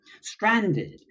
stranded